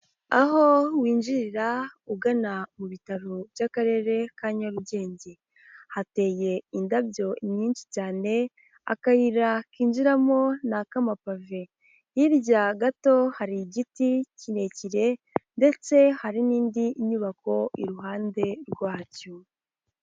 Aho winjirira ugana mu bitaro by'akarere ka Nyarugenge, hateye indabyo nyinshi cyane, akayira kinjiramo ni ak'amapave, hirya gato hari igiti kirekire ndetse hari n'indi nyubako iruhande rwacyo.